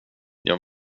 jag